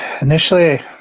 Initially